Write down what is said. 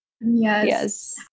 yes